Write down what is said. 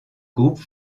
groupe